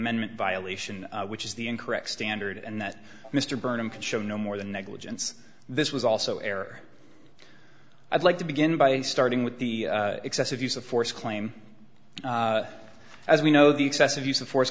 amendment violation which is the incorrect standard and that mr burnham can show no more than negligence this was also error i'd like to begin by starting with the excessive use of force claim as we know the excessive use of force